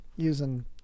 Using